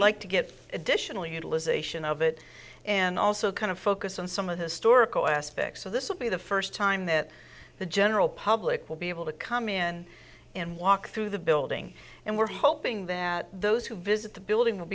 like to get additional utilization of it and also kind of focus on some of historical aspects so this will be the first time that the general public will be able to come in and walk through the building and we're hoping that those who visit the building will